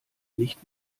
nicht